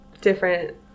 different